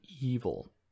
evil